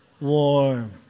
warm